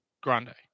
Grande